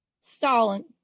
Stalin